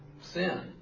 sin